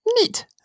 neat